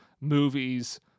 movies